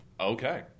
Okay